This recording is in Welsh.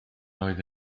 oedd